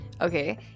okay